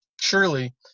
surely